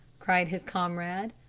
cried his comrade.